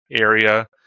area